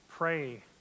Pray